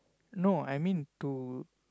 no I mean to